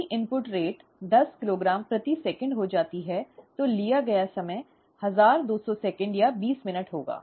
यदि इनपुट दर दस किलोग्राम प्रति सेकंड हो जाती है तो लिया गया समय हजार दो सौ सेकंड या बीस मिनट होगा